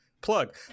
plug